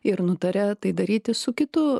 ir nutarė tai daryti su kitu